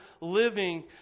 living